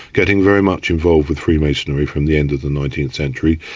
getting very much involved with freemasonry from the end of the nineteenth century.